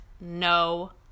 no